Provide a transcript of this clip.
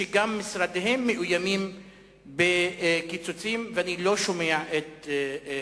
שגם משרדיהם מאוימים בקיצוצים ואני לא שומע את קולם.